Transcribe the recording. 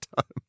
time